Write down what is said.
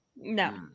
no